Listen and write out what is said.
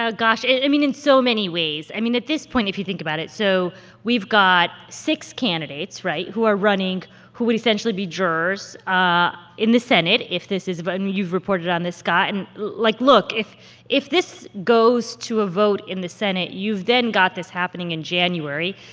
ah gosh, i mean, in so many ways. i mean, at this point, if you think about it so we've got six candidates right? who are running who would essentially be jurors ah in the senate if this is i mean, you've reported on this, scott. and, like, look. if if this goes to a vote in the senate, you've then got this happening in january,